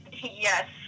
Yes